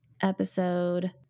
episode